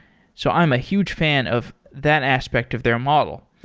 so i'm a huge fan of that aspect of their model.